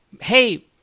Hey